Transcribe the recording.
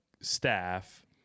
staff